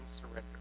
surrender